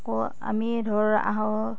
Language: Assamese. আকৌ আমি ধৰ আহোঁ